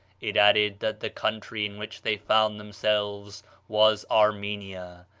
it added that the country in which they found themselves was armenia.